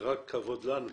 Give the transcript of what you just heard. רק כבוד לנו.